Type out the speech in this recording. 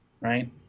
Right